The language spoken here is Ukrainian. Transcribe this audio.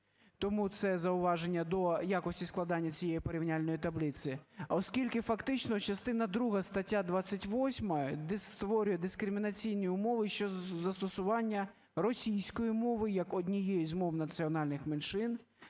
Тому це зауваження до якості складання цієї порівняльної таблиці. Оскільки фактично частина друга, стаття 28, створює дискримінаційні умови щодо застосування російської мови як однієї з мов національних меншин,